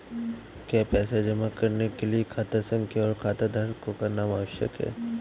क्या पैसा जमा करने के लिए खाता संख्या और खाताधारकों का नाम आवश्यक है?